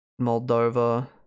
Moldova